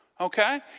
okay